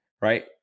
Right